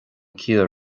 ciall